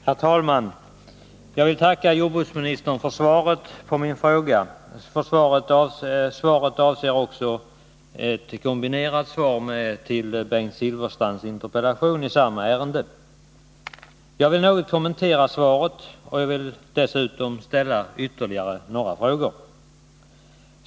Herr talman! Jag vill tacka jordbruksministern för svaret på min fråga. Svaret avser också Bengt Silfverstrands interpellation i samma ärende. Jag vill något kommentera svaret och dessutom ställa ytterligare några frågor.